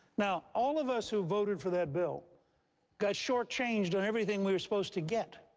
now, all of us who voted for that bill got shortchanged on everything we were supposed to get.